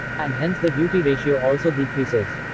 and hence the duty ratio also decreases.